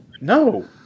No